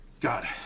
God